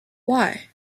why